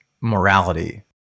morality